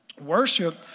Worship